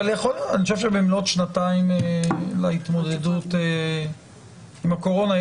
אני חושב שבמלאת שנתיים להתמודדות עם הקורונה,